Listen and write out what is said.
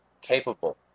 capable